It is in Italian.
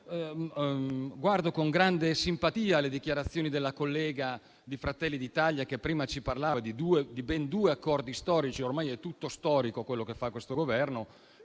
Guardo con grande simpatia alle dichiarazioni della collega di Fratelli d'Italia, che prima ci parlava di ben due accordi storici, ormai è tutto storico quello che fa questo Governo,